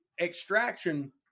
extraction